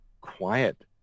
quiet